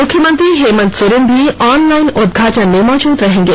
मुख्यमंत्री हेमन्त सोरेन भी ऑनलाइन उद्घाटन में मौजूद रहेंगे